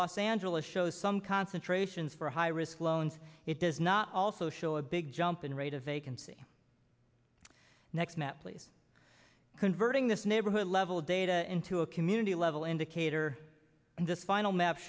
los angeles shows some concentrations for high risk loans it does not also show a big jump in rate of vacancy next map please converting this neighborhood level data into a community level indicator and this final map